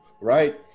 right